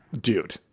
dude